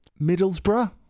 Middlesbrough